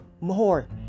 more